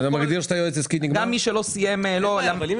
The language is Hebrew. כמה זמן